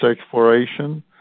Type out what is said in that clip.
exploration